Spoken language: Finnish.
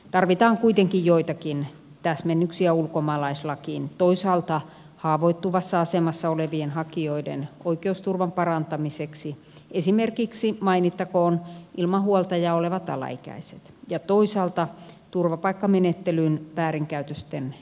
tarvitaan kuitenkin joitakin täsmennyksiä ulkomaalaislakiin toisaalta haavoittuvassa asemassa olevien hakijoiden oikeusturvan parantamiseksi esimerkiksi mainittakoon ilman huoltajaa olevat alaikäiset ja toisaalta turvapaikkamenettelyn väärinkäytösten estämiseksi